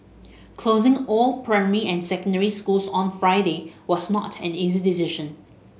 closing all primary and secondary schools on Friday was not an easy decision